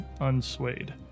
unswayed